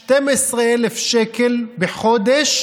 12,000 שקל בחודש